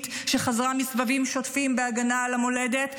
שחזרה מסבבים שוטפים בהגנה על המולדת,